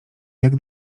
jak